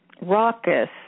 raucous